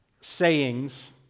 sayings